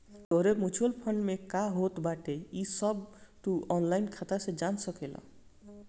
तोहरे mutual fund में का होत बाटे इ सब तू ऑनलाइन खाता से जान सकेला